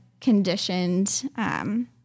conditioned